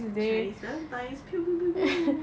chinese valentine's pew pew pew pew